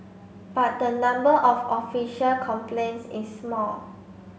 but the number of official complaints is small